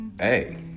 Hey